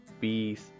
peace